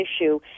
issue